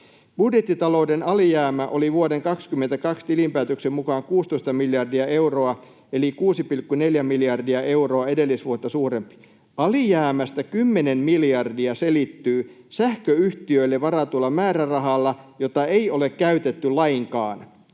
”Budjettitalouden alijäämä oli vuoden 2022 tilinpäätöksen mukaan 16 miljardia euroa eli 6,4 miljardia euroa edellisvuotta suurempi. Alijäämästä 10 miljardia selittyy sähköyhtiöille varatulla määrärahalla, jota ei ole käytetty lainkaan.